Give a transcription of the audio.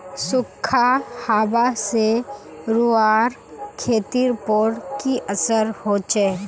सुखखा हाबा से रूआँर खेतीर पोर की असर होचए?